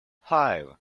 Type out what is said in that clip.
five